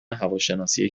هواشناسی